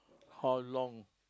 how long